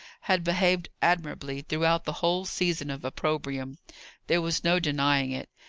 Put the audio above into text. had behaved admirably throughout the whole season of opprobrium there was no denying it.